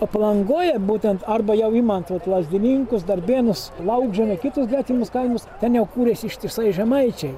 o palangoje būtent arba jau imant vuot lazdininkus darbėnus laukžemę kitus gretimus kaimus ten jau kūrėsi ištisai žemaičiai